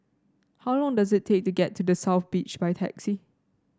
how long does it take to get to The South Beach by taxi